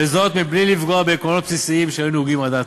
בלי לפגוע בעקרונות בסיסיים שהיו נהוגים עד עתה.